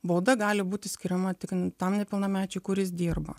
bauda gali būti skiriama tik tam nepilnamečiui kuris dirba